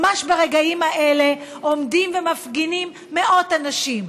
ממש ברגעים האלה עומדים ומפגינים מאות אנשים.